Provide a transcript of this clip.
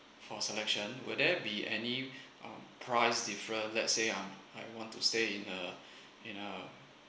for selection will there be any um price difference let's say um I want to stay in a in a